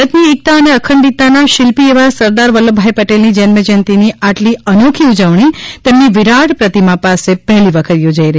ભારતની એકતા અને અખંડિતતાના શિલ્પી એવા સરદાર વલ્લભભાઇ પટેલની જન્મજયંતિની આટલી અનોખી ઉજવણી તેમની વિરાટ પ્રતિમા પાસે પહેલી વખત યોજાઇ રહી છે